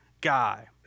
guy